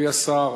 חברי השר,